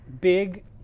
big